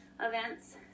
events